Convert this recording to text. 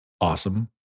awesome